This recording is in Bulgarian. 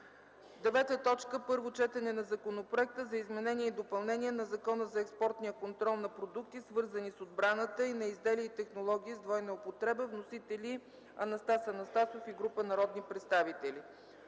приеме на първо гласуване Законопроекта за изменение и допълнение на Закона за експортния контрол на продукти, свързани с отбраната, и на изделия и технологии с двойна употреба, № 254-01-6, внесен от Анастас Анастасов и група народни представители